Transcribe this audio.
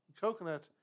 coconut